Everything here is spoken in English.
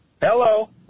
Hello